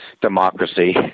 democracy